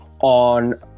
on